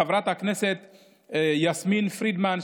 חברת הכנסת יסמין פרידמן,